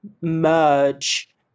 merge